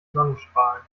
sonnenstrahlen